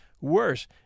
Worse